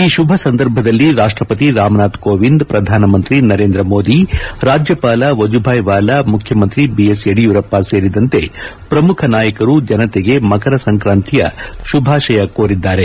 ಈ ಶುಭ ಸಂದರ್ಭದಲ್ಲಿ ರಾಷ್ಷಪತಿ ರಾಮನಾಥ್ ಕೋವಿಂದ್ ಪ್ರಧಾನಮಂತ್ರಿ ನರೇಂದ್ರಮೋದಿ ರಾಜ್ಯಪಾಲ ವಜೂಭಾಯಿ ವಾಲಾ ಮುಖ್ಯಮಂತ್ರಿ ಬಿಎಸ್ ಯಡಿಯೂರಪ್ಪ ಸೇರಿದಂತೆ ಶ್ರಮುಖ ನಾಯಕರು ಜನತೆಗೆ ಮಕರ ಸಂಕ್ರಾಂತಿಯ ಶುಭಾಶಯ ಕೋರಿದ್ದಾರೆ